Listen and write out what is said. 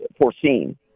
foreseen